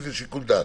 כי זה שיקול דעת,